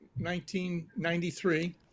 1993